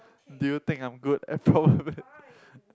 do you think I'm good at